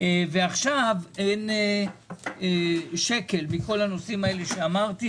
ועכשיו אין שקל מכל הנושאים שאמרתי